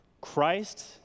Christ